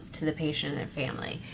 to the patient and family.